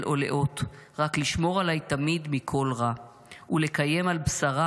או לאות / רק לשמור עליי תמיד מכל רע / ולקיים על בשרה